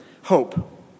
hope